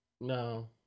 No